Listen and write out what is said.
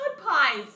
pies